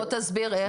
בוא תסביר איך.